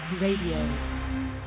Radio